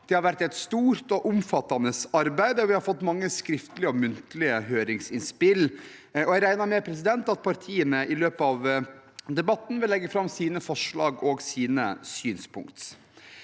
Det har vært et stort og omfattende arbeid, og vi har fått mange skriftlige og muntlige høringsinnspill. Jeg regner med at partiene vil legge fram sine forslag og synspunkt